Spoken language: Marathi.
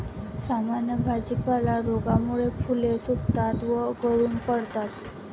सामान्य भाजीपाला रोगामुळे फुले सुकतात व गळून पडतात